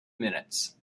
minutes